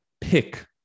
pick